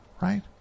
Right